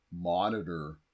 monitor